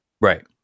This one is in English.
right